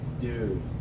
Dude